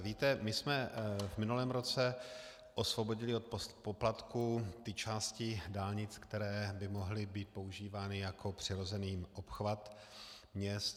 Víte, my jsme v minulém roce osvobodili od poplatků ty části dálnic, které by mohly být používány jako přirozený obchvat měst.